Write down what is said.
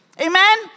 Amen